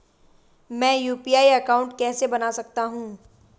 मैं UPI account कैसे बना सकता हूं?